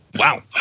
Wow